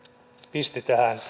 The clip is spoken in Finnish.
pisti tähän